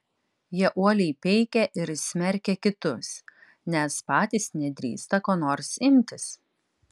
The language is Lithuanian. jie uoliai peikia ir smerkia kitus nes patys nedrįsta ko nors imtis